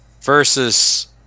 versus